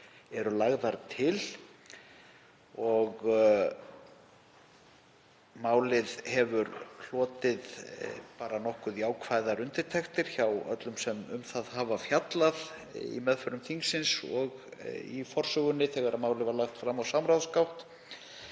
eru lagðar til. Málið hefur hlotið bara nokkuð jákvæðar undirtektir hjá öllum sem um það hafa fjallað í meðförum þingsins og í forsögunni þegar málið var lagt fram á samráðsgátt